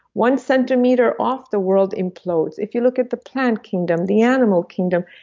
one centimeter off the world implodes. if you look at the plant kingdom, the animal kingdom,